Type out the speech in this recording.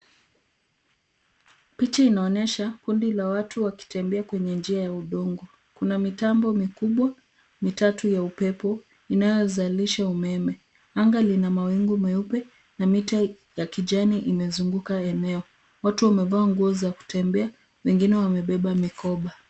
Picha inaonyesha kundi la watu wakitembea kwenye njia ya udongo. Kuna mitambo mikubwa mitatu ya upepo inayozalisha umeme. Anga lina mawingu meupe, na miti ya kijani imezunguka eneo. Watu wamevaa nguo za kutembea, wengine wamebeba mikoba.